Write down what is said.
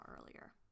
earlier